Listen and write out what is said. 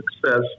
success